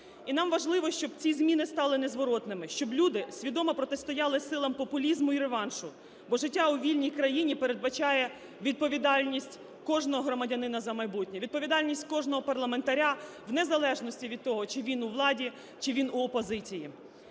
І нам важливо, щоб ці зміни стали незворотними, щоб люди свідомо протистояли силам популізму і реваншу. Бо життя у вільній країні передбачає відповідальність кожного громадянина за майбутнє, відповідальність кожного парламентаря в незалежності від того чи він у владі, чи він у опозиції.